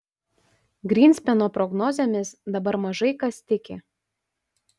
grynspeno prognozėmis dabar mažai kas tiki